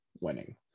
winning